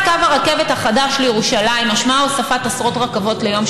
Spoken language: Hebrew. קו הרכבת החדש לירושלים משמעה הוספת עשרות רכבות ליום,